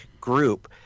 group